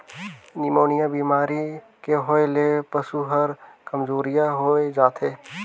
pneumonia बेमारी के होय ले पसु हर कामजोरिहा होय जाथे